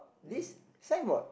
this signboard